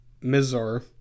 Mizor